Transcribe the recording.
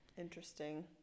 Interesting